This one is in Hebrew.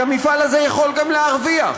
כי המפעל הזה יכול גם להרוויח.